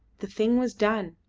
the thing was done.